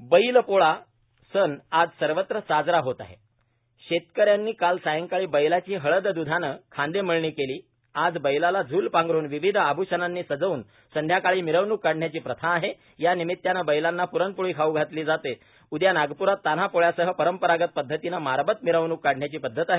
ण वैलपोळा जीएम बैलपोळा सण आज सर्वत्र साजरा होत आहेण शेतकऱ्यांनी काल सायंकाळी बैलांची हळद द्धानं खांदेमळणी केली आज बैलाला झूल पांधरूनर विविध आभ्षणांनी सजवून संध्याकाळी मिरवणूक काढण्याची प्रथा आहे॰ या निमितानं बैलांना प्रण पोळी खाऊ घातली जातेण उद्या नागप्रात तान्हा पोळ्यासह परंपरागत पद्धतीनं मारबत मिरवणूक काढण्याची पद्धत आहे